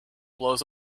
blows